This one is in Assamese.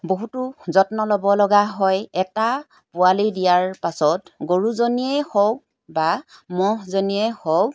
বহুতো যত্ন ল'ব লগা হয় এটা পোৱালি দিয়াৰ পাছত গৰুজনীয়ে হওক বা ম'হজনীয়ে হওক